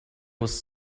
was